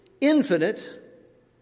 infinite